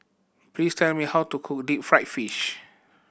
please tell me how to cook deep fried fish